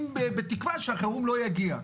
בתקווה שהחירום לא יגיע.